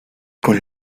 con